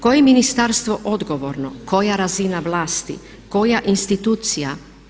Koje je ministarstvo odgovorno, koja razina vlasti, koja institucija?